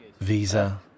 Visa